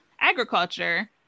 Agriculture